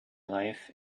life